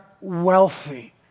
wealthy